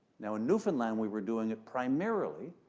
now, in newfoundland, we were doing it primarily